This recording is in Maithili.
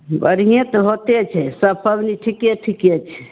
बढ़िए तऽ होते छै सभ पाबनि ठीके ठीके छै